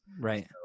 Right